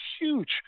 huge